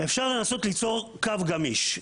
אומר שאפשר לנסות ליצור "קו גמיש".